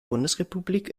bundesrepublik